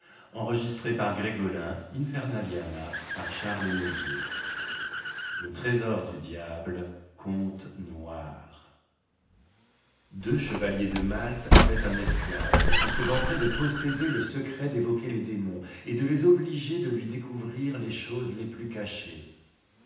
le trésor du diable conte noir deux chevaliers de malte avaient un esclave qui se vantait de posséder le secret d'évoquer les démons et de les obliger de lui découvrir les choses les plus cachées